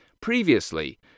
Previously